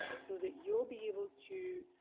so that you'll be able to,